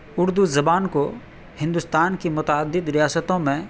اردو زبان کو ہندوستان کی متعدد ریاستوں میں